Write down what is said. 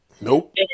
Nope